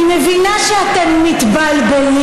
אני מבינה שאתם מתבלבלים